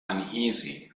uneasy